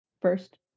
first